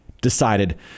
decided